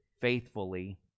faithfully